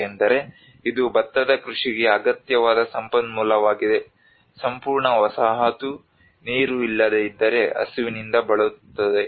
ಏಕೆಂದರೆ ಇದು ಭತ್ತದ ಕೃಷಿಗೆ ಅಗತ್ಯವಾದ ಸಂಪನ್ಮೂಲವಾಗಿದೆ ಸಂಪೂರ್ಣ ವಸಾಹತು ನೀರು ಇಲ್ಲದೆ ಇದ್ದರೆ ಹಸಿವಿನಿಂದ ಬಳಲುತ್ತದೆ